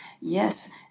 yes